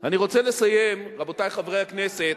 אני רוצה לסיים, רבותי חברי הכנסת,